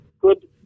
Good